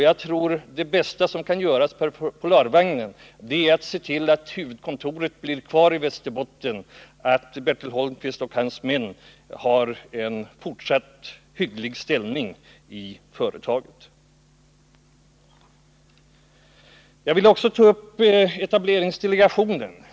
Jag tror att det bästa som kan göras för Polarvagnen är att man ser till att huvudkontoret blir kvar i Västerbotten och att Bertil Holmkvist och hans män har en fortsatt hygglig ställning i företaget. Jag vill också ta upp frågan om etableringsdelegationen.